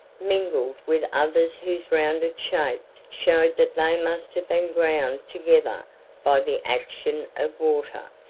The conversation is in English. mingled with others whose rounded shapes showed that they must have been ground together by the action of water.